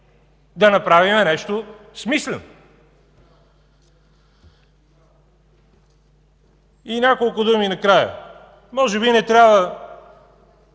да направим нещо смислено. Няколко думи накрая. Може би не трябва